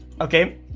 okay